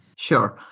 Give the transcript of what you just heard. sure.